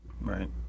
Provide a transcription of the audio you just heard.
Right